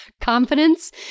Confidence